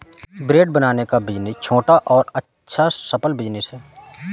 bread बनाने का business छोटा और अच्छा सफल बिज़नेस है